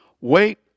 Wait